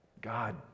God